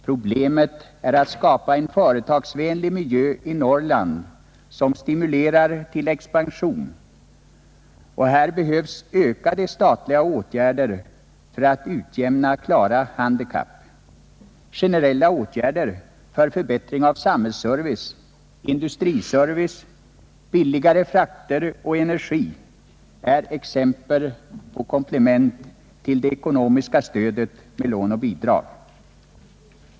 Problemet är att skapa en företagsvänlig miljö i Norrland som stimulerar till expansion. Här behövs ökade statliga åtgärder för att utjämna klara handikap. Generella åtgärder för förbättring av samhällsservice, industriservice, billigare frakter och energi är exempel på komplement till det ekonomiska stödet med lån och bidrag.